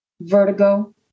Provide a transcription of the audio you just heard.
vertigo